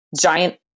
giant